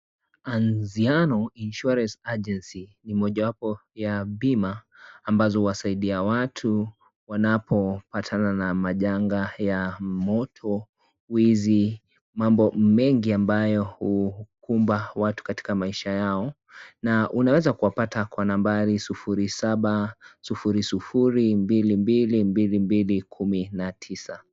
Anziano Insurance Agency ni mojawapo ya bima ambazo huwasaidia watu, wanapopatana na majanga ya moto, wizi, mambo mengi ambayo, hukumba watu katika maisha yao, na unaweza kuwapata kwa nambari 0700222219.